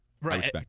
Right